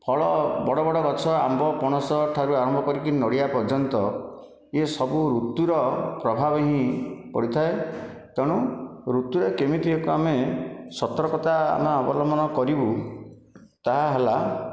ଫଳ ବଡ଼ ବଡ଼ ଗଛ ଆମ୍ବ ପଣସ ଠାରୁ ଆରମ୍ଭ କରିକି ନଡ଼ିଆ ପର୍ଯ୍ୟନ୍ତ ଏସବୁ ଋତୁର ପ୍ରଭାବ ହିଁ ପଡ଼ିଥାଏ ତେଣୁ ଋତୁରେ କେମିତି ଆକୁ ଆମେ ସତର୍କତା ଆମେ ଅବଲମ୍ବନ କରିବୁ ତାହା ହେଲା